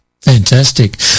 Fantastic